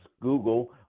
Google